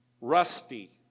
Rusty